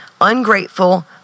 ungrateful